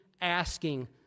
asking